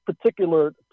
particular